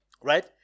Right